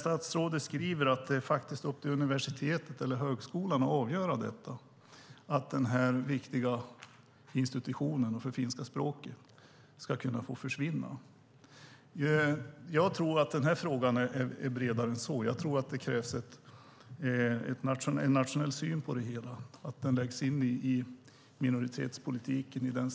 Statsrådet skriver att det är upp till universitetet eller högskolan att avgöra om denna viktiga institution för finska språket ska försvinna. Jag tror att frågan är bredare än så. Det krävs en nationell syn på det hela och att den också läggs in i strategin för minoritetspolitiken.